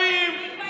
לא רק הערבים,